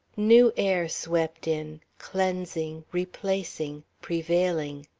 new air swept in, cleansing, replacing, prevailing.